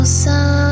sun